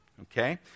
Okay